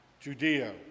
Judea